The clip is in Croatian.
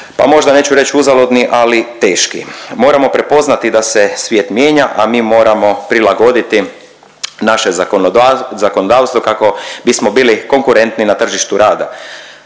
pa možda neću reć uzaludni, ali teški. Moramo prepoznati da se svijet mijenja, a mi moramo prilagoditi naše zakonodavstvo kako bismo bili konkurentni na tržištu rada.